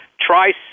try